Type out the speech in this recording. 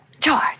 George